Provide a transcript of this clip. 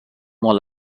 all